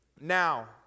Now